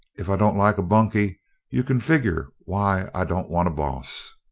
if i don't like a bunkie you can figure why i don't want a boss.